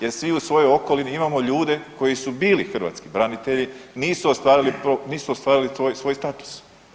Jer svi u svojoj okolini imamo ljude koji su bili hrvatski branitelji, nisu ostvarili svoj status.